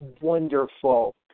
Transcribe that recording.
wonderful